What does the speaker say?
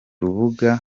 rubuga